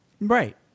Right